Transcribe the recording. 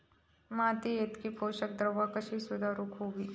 मातीयेतली पोषकद्रव्या कशी सुधारुक होई?